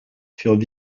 furent